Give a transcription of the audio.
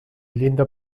llinda